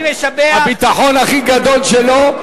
הביטחון הכי גדול שלו,